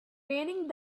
raining